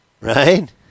Right